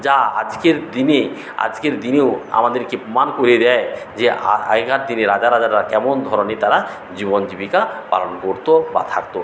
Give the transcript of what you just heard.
যা আজকের দিনে আজকের দিনেও আমাদেরকে মনে করে দেয় যে আগেকার দিনে রাজা রাজারা কেমন ধরনের তারা জীবন জীবিকা পালন করত বা থাকত